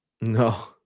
No